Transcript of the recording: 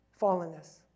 fallenness